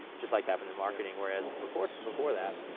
just like happened in marketing. whereas before before that,